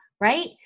right